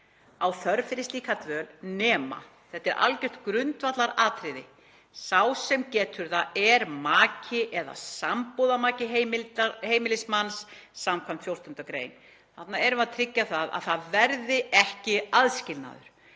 á þörf fyrir slíka dvöl nema“ — þetta er algjört grundvallaratriði, sá sem getur það er: „maki eða sambúðarmaki heimilismanns skv. 14. gr.“ Þarna erum við að tryggja að það verði ekki aðskilnaður.